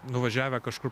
nuvažiavę kažkur